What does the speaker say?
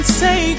say